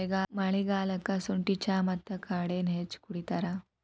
ಮಳಿಗಾಲಕ್ಕ ಸುಂಠಿ ಚಾ ಮತ್ತ ಕಾಡೆನಾ ಹೆಚ್ಚ ಕುಡಿತಾರ